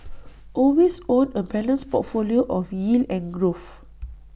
always own A balanced portfolio of yield and growth